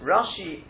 Rashi